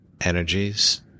energies